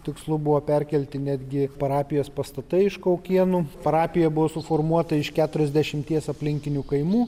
tikslu buvo perkelti netgi parapijos pastatai iš kaukėnų parapija buvo suformuota iš keturiasdešimties aplinkinių kaimų